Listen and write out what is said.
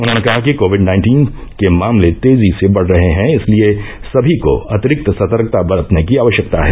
उन्होंने कहा कि कोविड नाइन्टीन के मामले तेजी से बढ़ रहे हैं इसलिये सभी को अतिरिक्त सतर्कता बरतने की आवश्यकता है